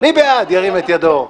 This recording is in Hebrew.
מי בעד ירים את ידו?